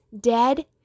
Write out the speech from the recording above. dead